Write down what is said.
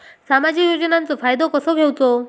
सामाजिक योजनांचो फायदो कसो घेवचो?